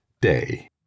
day